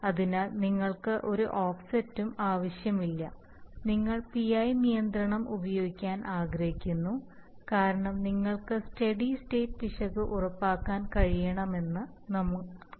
അതിനാൽ നിങ്ങൾക്ക് ഒരു ഓഫ്സെറ്റും ആവശ്യമില്ല നിങ്ങൾ PI നിയന്ത്രണം ഉപയോഗിക്കാൻ ആഗ്രഹിക്കുന്നു കാരണം നിങ്ങൾക്ക് സ്റ്റെഡി സ്റ്റേറ്റ് പിശക് ഉറപ്പാക്കാൻ കഴിയുമെന്ന് നിങ്ങൾക്കറിയാം